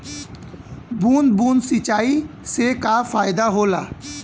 बूंद बूंद सिंचाई से का फायदा होला?